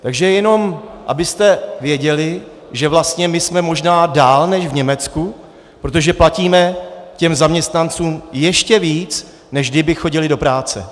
Takže jenom abyste věděli, že vlastně my jsme možná dál než v Německu, protože platíme těm zaměstnancům ještě víc, než kdyby chodili do práce.